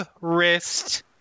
wrist